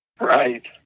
Right